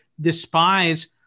despise